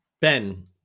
Ben